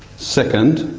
second,